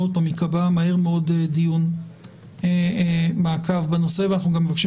שוב שייקבע מהר מאוד דיון מעקב בנושא ואנחנו גם מבקשים